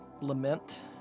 lament